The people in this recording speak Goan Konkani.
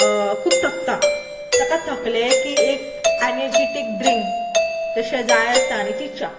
खूब थकता ताका थकलें कि एक एनर्जेटीक ड्रिंक तशें जाय आसता आनी ती च्या